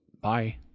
Bye